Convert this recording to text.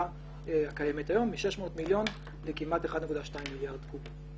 הקיימת היום מ-600 מיליון לכמעט 1.2 מיליארד קוב.